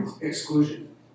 exclusion